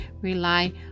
rely